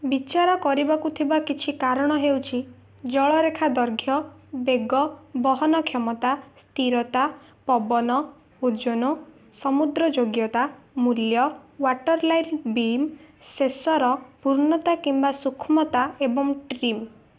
ବିଚାର କରିବାକୁ ଥିବା କିଛି କାରଣ ହେଉଛି ଜଳରେଖା ଦୈର୍ଘ୍ୟ ବେଗ ବହନ କ୍ଷମତା ସ୍ଥିରତା ପବନ ଓଜନ ସମୁଦ୍ର ଯୋଗ୍ୟତା ମୂଲ୍ୟ ୱାଟର୍ ଲାଇନ୍ ବିମ୍ ଶେଷର ପୂର୍ଣ୍ଣତା କିମ୍ବା ସୂକ୍ଷ୍ମତା ଏବଂ ଟ୍ରିମ୍